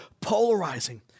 polarizing